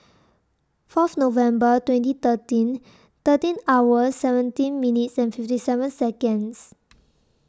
Fourth November twenty thirteen thirteen hours seventeen minutes and fifty seven Seconds